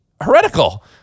heretical